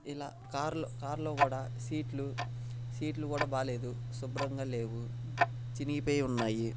ఇలా కార్లో కార్లో కూడా సీట్లు సీట్లు కూడా బాగలేదు శుభ్రంగా లేవు చినిగిపోయి ఉన్నాయి